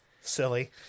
silly